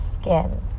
skin